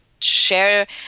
share